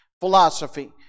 philosophy